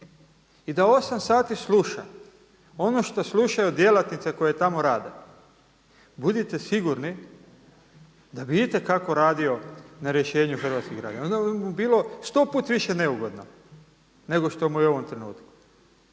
i da 8 sati sluša ono što slušaju djelatnice koje tamo rade, budite sigurni da bi itekako radio na rješenju hrvatskih građana. Onda bi mu bilo sto puta više neugodno nego što mu je u ovom trenutku.